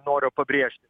noriu pabrėžti